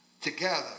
together